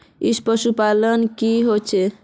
ई पशुपालन की होचे?